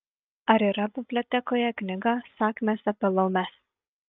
ar yra bibliotekoje knyga sakmės apie laumes